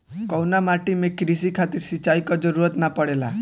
कउना माटी में क़ृषि खातिर सिंचाई क जरूरत ना पड़ेला?